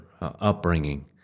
upbringing